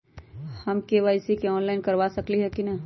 हम KYC online करवा सकली ह कि न?